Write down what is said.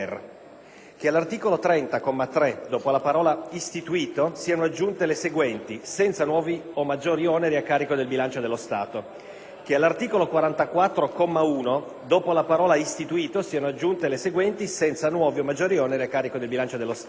che all'articolo 30, comma 3, dopo la parola "istituito" siano aggiunte le seguenti: "senza nuovi o maggiori oneri a carico del bilancio dello Stato"; - che all'articolo 44, comma 1, dopo la parola "istituito" siano aggiunte le seguenti: "senza nuovi o maggiori oneri a carico del bilancio dello Stato";